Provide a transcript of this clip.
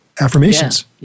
affirmations